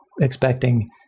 expecting